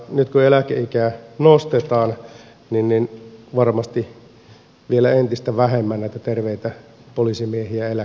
nyt kun eläkeikää nostetaan niin varmasti vielä entistä vähemmän näitä terveitä poliisimiehiä eläkkeelle pääsee